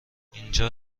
اینجا